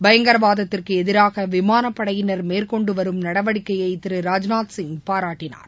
பயங்கரவாதத்துக்கு எதிராக விமானப்படையினர் மேற்கொண்டு வரும் நடவடிக்கையை திரு ராஜ்நாத்சிங் பாரட்டினார்